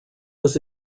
was